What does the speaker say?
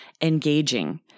engaging